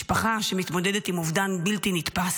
משפחה שמתמודדת עם אובדן בלתי נתפס.